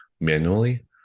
manually